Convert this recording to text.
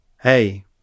Hey